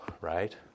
right